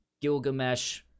gilgamesh